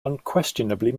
unquestionably